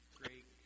great